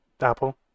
Apple